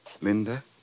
Linda